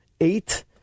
eight